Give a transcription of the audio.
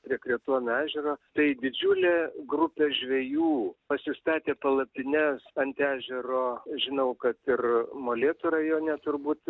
prie kretuono ežero tai didžiulė grupė žvejų pasistatė palapines ant ežero žinau kad ir molėtų rajone turbūt